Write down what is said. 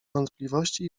wątpliwości